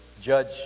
judge